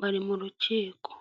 bari mu rukiko.